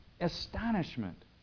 Astonishment